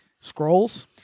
Scrolls